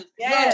yes